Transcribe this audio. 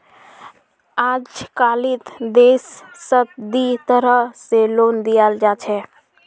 अजकालित देशत दी तरह स लोन दियाल जा छेक